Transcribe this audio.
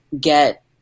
get